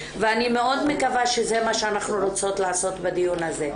ואני מאוד מקווה שזה מה שאנחנו רוצות לעשות בדיון הזה.